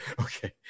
Okay